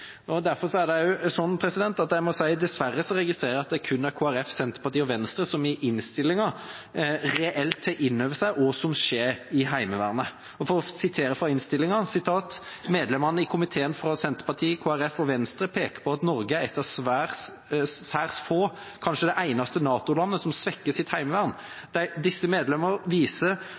Dessverre registrerer jeg at det kun er Kristelig Folkeparti, Senterpartiet og Venstre som i innstillinga reelt tar inn over seg hva som skjer i Heimevernet. For å sitere fra innstillinga: «Medlemene i komiteen frå Senterpartiet, Kristeleg Folkeparti og Venstre peikar på at Noreg er eit av særs få, kanskje det einaste, NATO-landet som svekkjer sitt heimevern. Desse medlemene viser